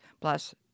plus